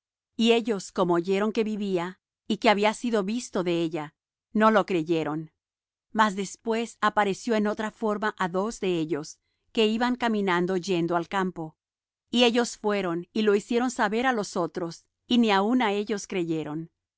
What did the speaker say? y ellos como oyeron que vivía y que había sido visto de ella no lo creyeron mas después apareció en otra forma á dos de ellos que iban caminando yendo al campo y ellos fueron y lo hicieron saber á los otros y ni aun á éllos creyeron